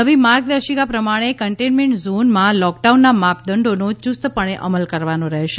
નવી માર્ગદર્શિકા પ્રમાણે કન્ટેઈમેન્ટ ઝોનમાં લોકડાઉનના માપદંડોનો યૂસ્તપણે અમલ કરવાનો રહેશે